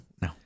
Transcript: No